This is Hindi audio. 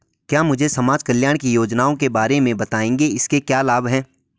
क्या मुझे समाज कल्याण की योजनाओं के बारे में बताएँगे इसके क्या लाभ हैं?